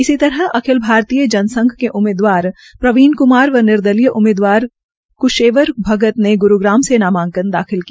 इसी तरह अखिल भारतीय जनसंघ के उम्मीदवार प्रवीण कुमार व निर्दलीय उम्मीदवार क्शेवर भगत ने गुरूग्राम से नामांकन दाखिल किया